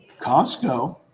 Costco